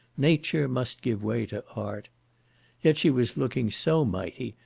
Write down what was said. nature must give way to art yet, she was looking so mighty,